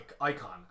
icon